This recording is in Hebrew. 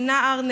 של נער,